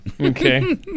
Okay